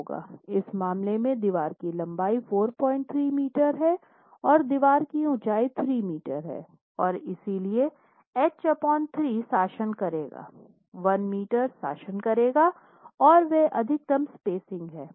इस मामले में दीवार की लंबाई 43 मीटर है और दीवार की ऊंचाई 3 मीटर है और इसलिए h 3 शासन करेगा 1 मीटर शासन करेगा और वह अधिकतम स्पेसिंग है